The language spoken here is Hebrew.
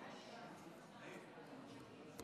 שלוש